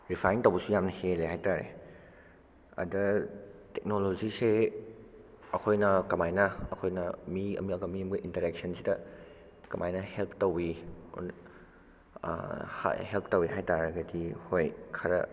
refine ꯇꯧꯕꯁꯨ ꯌꯥꯝꯅ ꯍꯦꯜꯂꯤ ꯍꯥꯏꯇꯔꯦ ꯑꯗꯥ ꯇꯦꯛꯅꯣꯂꯣꯖꯤꯁꯦ ꯑꯩꯈꯣꯏꯅ ꯀꯃꯥꯏꯅ ꯑꯩꯈꯣꯏꯅ ꯃꯤ ꯑꯃꯒ ꯃꯤ ꯑꯃꯒ ꯏꯟꯇꯔꯦꯛꯁꯟꯁꯤꯗ ꯀꯃꯥꯏꯅ ꯍꯦꯜꯐ ꯇꯧꯏꯋꯤ ꯍꯦꯜꯐ ꯇꯧꯋꯤ ꯍꯥꯏꯇꯔꯒꯗꯤ ꯍꯣꯏ ꯈꯔ